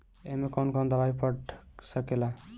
ए में कौन कौन दवाई पढ़ सके ला?